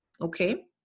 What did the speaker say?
Okay